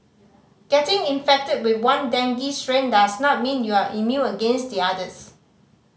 getting infected with one dengue strain does not mean you are immune against the others